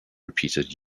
repeated